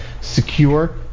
secure